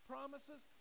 Promises